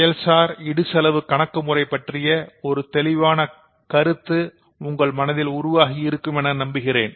செயல்சார் இடுசெலவு கணக்கு முறை பற்றிய ஒரு தெளிவான கருத்து மனதில் உருவாகி இருக்கும் என நம்புகிறேன்